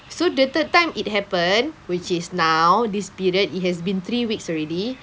so the third time it happened which is now this period it has been three weeks already